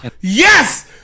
Yes